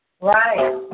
Right